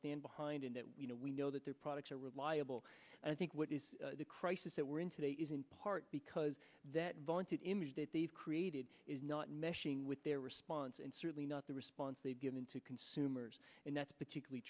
stand behind and that we know we know that their products are reliable and i think what is the crisis that we're in today is in part because that vaunted image that they've created is not meshing with their response and certainly not the response they've given to consumers and that's particularly